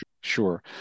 Sure